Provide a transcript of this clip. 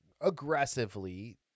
aggressively